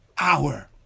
hour